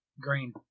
green